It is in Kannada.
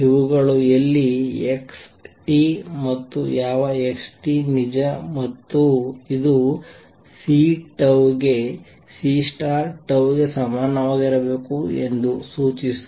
ಇವುಗಳು ಎಲ್ಲಿ x ಮತ್ತು ಯಾವ xt ನಿಜ ಮತ್ತು ಇದು C ಗೆ C ಸಮನಾಗಿರಬೇಕು ಎಂದು ಸೂಚಿಸುತ್ತದೆ